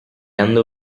andò